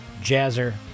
jazzer